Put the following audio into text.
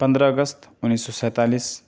پندرہ اگست اُنیس سو سینتالیس